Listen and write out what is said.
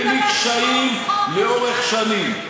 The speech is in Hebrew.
בלי עיכובים ובלי קשיים לאורך שנים.